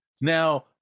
Now